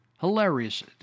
Hilarious